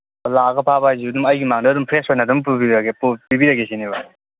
ꯂꯥꯛꯑꯒ ꯐꯥꯕ ꯍꯥꯏꯁꯦ ꯑꯗꯨꯝ ꯑꯩꯒꯤ ꯏꯃꯥꯡꯗ ꯐ꯭ꯔꯦꯁ ꯑꯣꯏꯅ ꯑꯗꯨꯝ ꯄꯤꯕꯤꯔꯒꯦ ꯁꯤꯅꯦꯕ